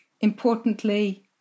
importantly